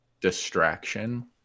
Distraction